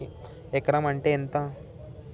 ఎకరం అంటే ఎంత?